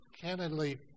candidly